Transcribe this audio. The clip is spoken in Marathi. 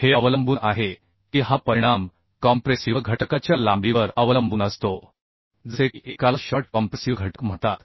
हे अवलंबून आहे की हा परिणाम कॉम्प्रेसिव्ह घटकाच्या लांबीवर अवलंबून असतो जसे की एकाला शॉर्ट कॉम्प्रेसिव्ह घटक म्हणतात